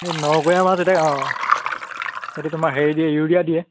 এই নগৈঞা মাছ এতিয়া অঁ সেইটো তোমাৰ হেৰি দিয়ে ইউৰিয়া দিয়ে